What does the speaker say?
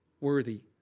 worthy